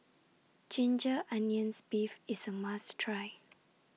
Ginger Onions Beef IS A must Try